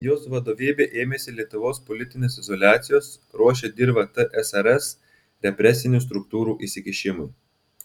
jos vadovybė ėmėsi lietuvos politinės izoliacijos ruošė dirvą tsrs represinių struktūrų įsikišimui